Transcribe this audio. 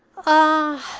ah!